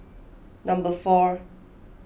number four